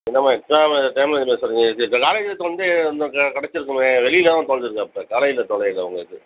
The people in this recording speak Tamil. என்னம்மா எக்ஸாம் எழுதுகிற டைமில் இது மாதிரி சொல்கிறிங்க இது காலேஜில் தொலைஞ்சால் கிடைச்சிருக்குமே வெளியில் தான் தொலைஞ்சுருக்கு அப்போ காலேஜில் தொலையல உங்கள் இது